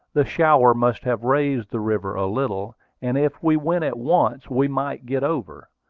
the shower must have raised the river a little and if we went at once, we might get over.